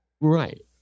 Right